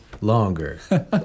longer